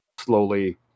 slowly